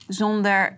zonder